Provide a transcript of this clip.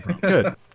good